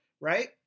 right